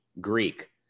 greek